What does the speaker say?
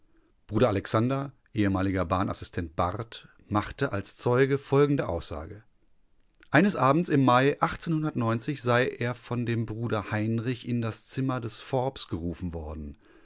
bruder alexander ehemaliger bahnassistent barth machte als zeuge folgende aussage eines abends im mai sei er von dem bruder heinrich in das zimmer des forbes gerufen worden